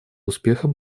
успехом